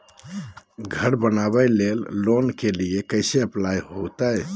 घर बनावे लिय लोन के लिए कैसे अप्लाई होगा?